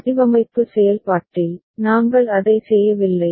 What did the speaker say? வடிவமைப்பு செயல்பாட்டில் நாங்கள் அதை செய்யவில்லை